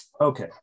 Okay